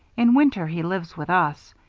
in winter, he lives with us.